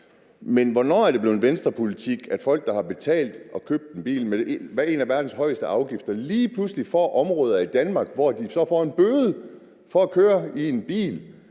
Men hvornår er det blevet Venstrepolitik, at folk, der har betalt og købt en bil med en af verdens højeste afgifter, lige pludselig får områder i Danmark, hvor de så får en bøde for at køre i en bil,